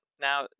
now